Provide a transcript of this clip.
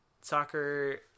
soccer